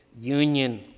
union